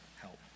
help